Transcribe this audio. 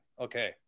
Okay